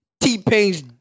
T-Pain's